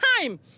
time